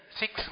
six